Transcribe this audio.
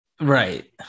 Right